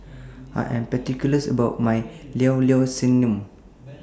I Am particular about My Llao Llao Sanum